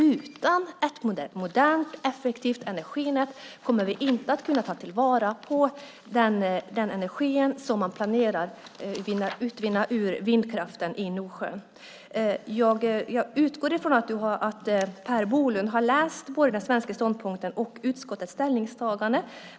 Utan ett modernt och effektivt energinät kommer vi inte att kunna ta vara på den energi som man planerar att utvinna ur vindkraften i Nordsjön. Jag utgår från att Per Bolund har läst både den svenska ståndpunkten och utskottets ställningstagande.